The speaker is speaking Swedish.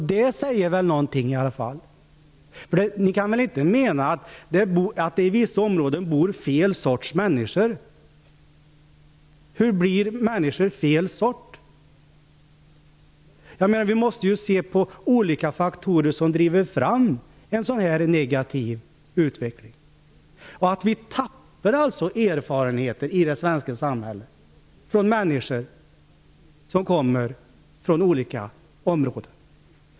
Det säger väl i varje fall någonting? Ni kan väl inte mena att det i vissa områden bor fel sorts människor? Hur blir människor fel sort? Vi måste se till olika faktorer som driver fram en sådan negativ utveckling. Vi tappar i det svenska samhället erfarenheter från människor som kommer från olika områden.